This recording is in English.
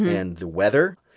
and the weather.